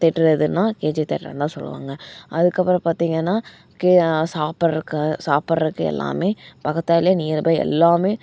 theatre எதுன்னால் KG தேயேட்டருன்னுதான் சொல்லுவாங்க அதுக்கப்பறம் பார்த்திங்கன்னா கே சாப்படுறக்கு சாப்படுறக்கு எல்லாமே பக்கத்தாலேயே நியர் பை எல்லாமே